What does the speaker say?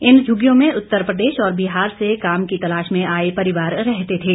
इन झुग्गियों में उत्तर प्रदेश और बिहार से काम की तलाश में आए परिवार रहते थे